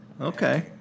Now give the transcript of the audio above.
Okay